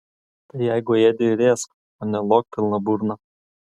tai jeigu ėdi ir ėsk o ne lok pilna burna